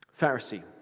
Pharisee